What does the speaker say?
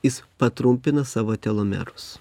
jis patrumpina savo telomerus